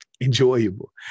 enjoyable